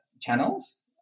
channels